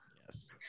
Yes